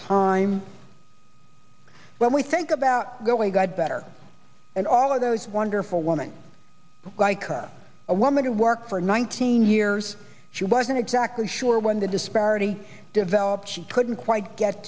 time when we think about the way god better and all of those wonderful woman like her a woman who worked for nineteen years she wasn't exactly sure when the disparity develop she couldn't quite get